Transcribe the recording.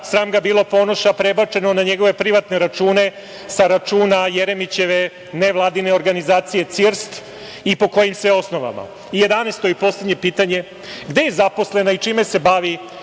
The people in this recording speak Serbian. sram ga bilo, Ponoša, prebačeno na njegove privatne račune računa Jeremićeve nevladine organizacije CIRST, i po kojim sve osnovama? Jedanaesto i poslednje pitanje – Gde je zaposlena i čime se bavi